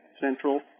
Central